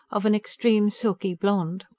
of an extreme, silky blond.